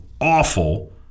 awful